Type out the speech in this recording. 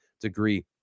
degree